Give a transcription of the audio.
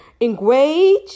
engage